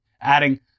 adding